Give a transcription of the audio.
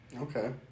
Okay